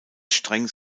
streng